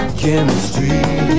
chemistry